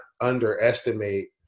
underestimate